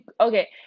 Okay